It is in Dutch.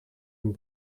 een